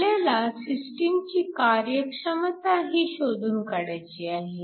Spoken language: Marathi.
आपल्याला सिस्टीमची कार्यक्षमताही शोधून काढायची आहे